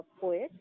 poet